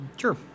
Sure